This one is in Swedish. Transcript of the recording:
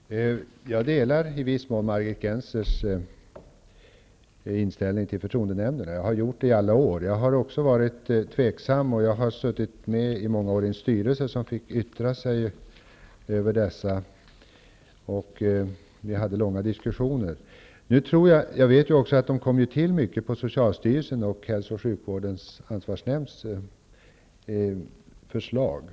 Fru talman! Jag delar i viss mån Margit Gennsers inställning till förtroendenämnderna. Den uppfattningen har jag haft i alla år -- jag har också varit tveksam. Jag har i många år suttit med i en styrelse som fick yttra sig över förtroendenämnderna, och vi hade långa diskussioner. Jag vet också att de kom till på förslag av socialstyrelsen och hälso och sjukvårdens ansvarsnämnd förslag.